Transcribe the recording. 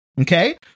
Okay